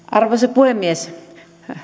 arvoisa puhemies